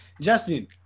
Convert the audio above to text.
Justin